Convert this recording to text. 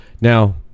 Now